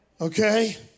okay